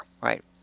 right